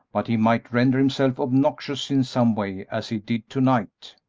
but he might render himself obnoxious in some way, as he did to-night.